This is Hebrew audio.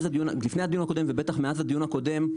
לפני הדיון הקודם ובטח מאז הדיון הקודם,